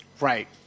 Right